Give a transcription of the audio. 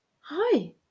Hi